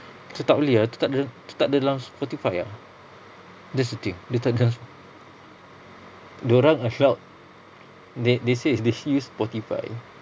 tu tak boleh ah tu takde dalam sp~ spotify ah that's the thing dia tak dr~ dorang a shout they they say th~ they use spotify